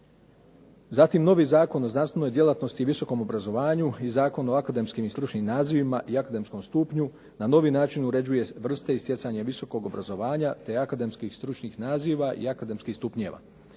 Zatim novi zakon o znanstvenoj djelatnosti i visokom obrazovanju i zakon o akademskim i stručnim nazivima i akademskom stupnju na novi način uređuje vrste i stjecanje visokog obrazovanja, te akademskih stručnih naziva i akademskih stupnjeva.